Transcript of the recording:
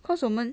cause 我们